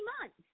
months